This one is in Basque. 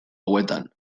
hauetan